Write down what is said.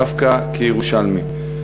דווקא כירושלמי.